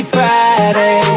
Friday